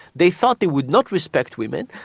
they thought they would not respect women,